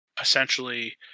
essentially